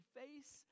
face